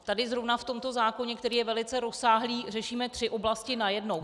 Tady zrovna v tomto zákoně, který je velice rozsáhlý, řešíme tři oblasti najednou.